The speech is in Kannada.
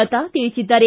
ಲತಾ ತಿಳಿಸಿದ್ದಾರೆ